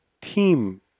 team